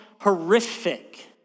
horrific